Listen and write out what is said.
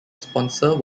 sponsor